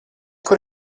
kur